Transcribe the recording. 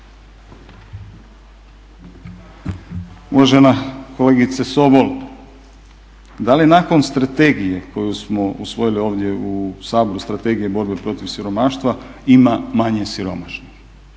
Uvažena kolegice Sobo, da li nakon strategije koju smo usvojili u Saboru Strategije borbe protiv siromaštva ima manje siromašnih?